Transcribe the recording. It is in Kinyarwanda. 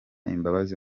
imbabazi